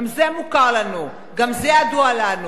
גם זה מוכר לנו, גם זה ידוע לנו.